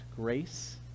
grace